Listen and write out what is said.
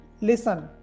listen